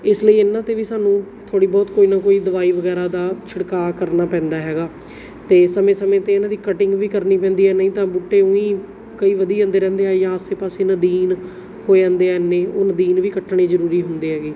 ਇਸ ਲਈ ਇਹਨਾਂ 'ਤੇ ਵੀ ਸਾਨੂੰ ਥੋੜ੍ਹੀ ਬਹੁਤ ਕੋਈ ਨਾ ਕੋਈ ਦਵਾਈ ਵਗੈਰਾ ਦਾ ਛਿੜਕਾਅ ਕਰਨਾ ਪੈਂਦਾ ਹੈਗਾ ਅਤੇ ਸਮੇਂ ਸਮੇਂ 'ਤੇ ਇਹਨਾਂ ਦੀ ਕਟਿੰਗ ਵੀ ਕਰਨੀ ਪੈਂਦੀ ਹੈ ਨਹੀਂ ਤਾਂ ਬੂਟੇ ਉਈਂ ਕਈ ਵਧੀ ਜਾਂਦੇ ਰਹਿੰਦੇ ਆ ਜਾਂ ਆਸੇ ਪਾਸੇ ਨਦੀਨ ਹੋ ਜਾਂਦੇ ਹੈ ਐਨੇ ਉਹ ਨਦੀਨ ਵੀ ਕੱਟਣੇ ਜ਼ਰੂਰੀ ਹੁੰਦੇ ਹੈਗੇ